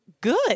good